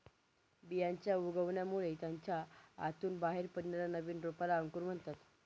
बियांच्या उगवणामुळे त्याच्या आतून बाहेर पडणाऱ्या नवीन रोपाला अंकुर म्हणतात